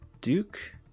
Duke